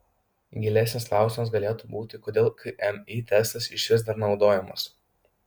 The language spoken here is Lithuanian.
gilesnis klausimas galėtų būti kodėl kmi testas išvis dar naudojamas